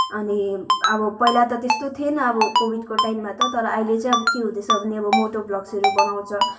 अनि अब पहिला त त्यस्तो थिएन अब कोभिडको टाइममा त तर अहिले चाहिँ अब के हुँदैछ भने अब मोटो ब्लग्सहरू बनाउँछ